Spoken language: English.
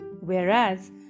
whereas